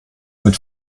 mit